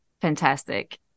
fantastic